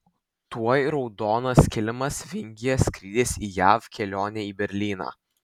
tuoj raudonas kilimas vingyje skrydis į jav kelionė į berlyną